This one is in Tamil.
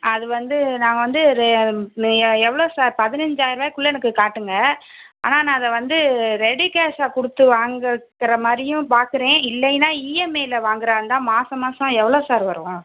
அது வந்து நாங்கள் வந்து ரெ மே எவ்வளோ சார் பதினஞ்சாயிருபாய்க்குள்ள எனக்கு காட்டுங்கள் ஆனால் நான் அதை வந்து ரெடி கேஷாக கொடுத்து வாங்கிக்கிற மாதிரியும் பார்க்குறேன் இல்லைனா இஎம்ஐல வாங்குறதாக இருந்தால் மாதம் மாதம் எவ்வளோ சார் வரும்